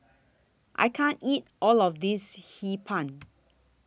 I can't eat All of This Hee Pan